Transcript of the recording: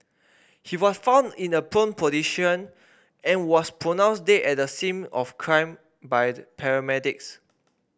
he was found in a prone position and was pronounced dead at the scene of crime by paramedics